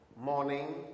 morning